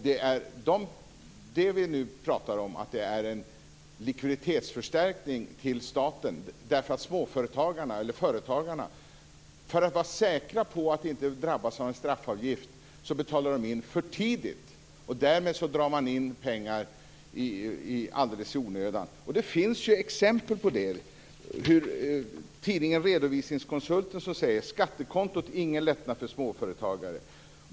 Det vi nu pratar om är att det blir en likviditetsförstärkning till staten därför att företagarna för att vara säkra på att inte drabbas av en straffavgift betalar in för tidigt. Därmed förlorar de pengar alldeles i onödan. Det finns exempel på detta. Tidningen Redovisningskonsulten skriver: Skattekontot ingen lättnad för småföretagare.